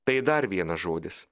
tai dar vienas žodis